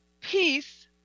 peace